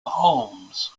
homes